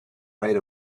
right